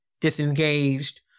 disengaged